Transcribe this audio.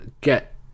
get